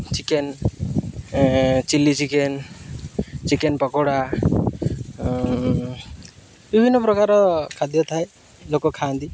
chicken chilli chicken chicken pakoda ବିଭିନ୍ନ ପ୍ରକାର ଖାଦ୍ୟ ଥାଏ ଲୋକ ଖାଆନ୍ତି